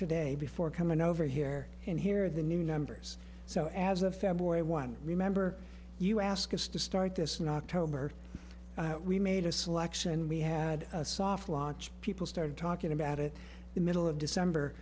today before coming over here and here the new numbers so as of february one remember you asked us to start this in october we made a selection and we had a soft launch people started talking about it the middle of december